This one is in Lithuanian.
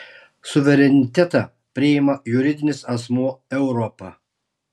suverenitetą priima juridinis asmuo europa